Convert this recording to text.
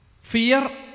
Fear